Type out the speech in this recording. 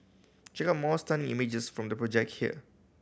check out more stunning images from the project here